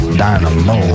dynamo